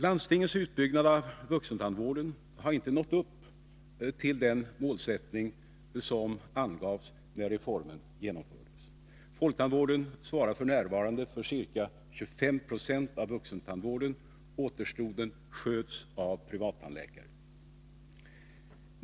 Landstingens utbyggnad av vuxentandvården har inte nått upp till den målsättning som angavs när reformen genomfördes. Folktandvården svarar f.n. för ca 25 90 av vuxentandvården. Återstoden sköts av privattandläkare.